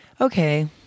Okay